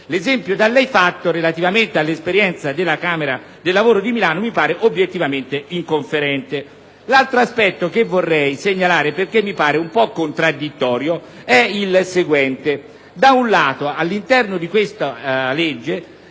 l'esempio da lei fatto relativamente all'esperienza della camera del lavoro di Milano mi pare inconferente. L'altro aspetto che vorrei segnalare, perché mi pare un po' contraddittorio, è il seguente.